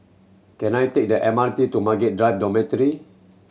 can I take the M R T to Margaret Drive Dormitory